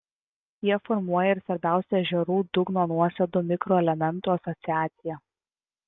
jie formuoja ir svarbiausią ežerų dugno nuosėdų mikroelementų asociaciją